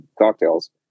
cocktails